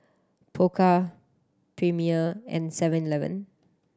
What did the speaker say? Pokka Premier and Seven Eleven